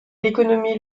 l’économie